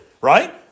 right